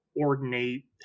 ordinate